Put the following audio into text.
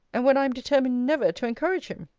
and when i am determined never to encourage him?